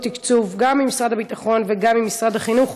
תקציב גם ממשרד הביטחון וגם ממשרד החינוך,